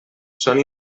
són